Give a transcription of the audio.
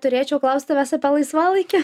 turėčiau klaust tavęs apie laisvalaikį